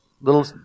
little